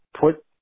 put